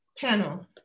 panel